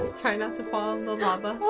try not to fall in the lava.